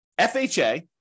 FHA